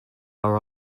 are